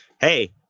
hey